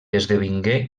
esdevingué